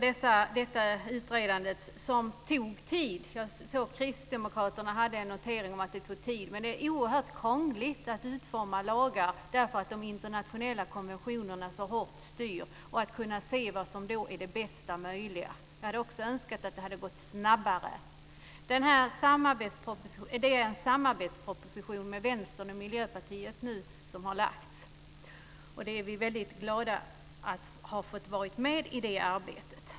Detta utredande tog tid. Jag såg att Kristdemokraterna hade en notering om att det tog tid. Men det är oerhört krångligt att utforma lagar därför att de internationella konventionerna styr så hårt. Det är svårt att kunna se vad som är det bästa möjliga. Jag hade också önskat att det hade gått snabbare. Det är en samarbetsproposition med Vänstern och Miljöpartiet som nu har lagts fram. Vi är väldigt glada för att vi har fått vara med i det arbetet.